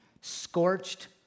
scorched